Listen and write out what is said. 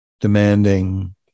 demanding